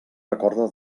recorda